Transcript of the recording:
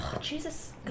Jesus